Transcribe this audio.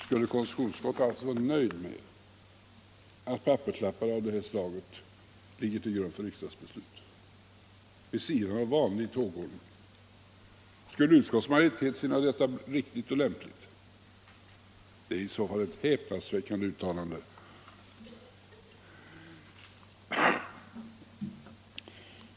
Skulle konsti tutionsutskottet alltså vara till freds med att papperslappar av detta slag ligger till grund för riksdagsbeslut vid sidan av vanlig tågordning? Skulle utskottets majoritet finna detta riktigt och lämpligt? Det är i så fall ett häpnadsväckande uttalande.